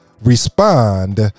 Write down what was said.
respond